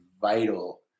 vital